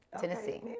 Tennessee